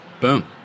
Boom